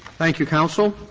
thank you, counsel.